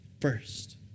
first